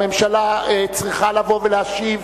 הממשלה צריכה לבוא ולהשיב,